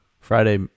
Friday